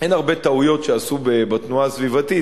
אין הרבה טעויות שעשו בתנועה הסביבתית,